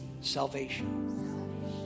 salvation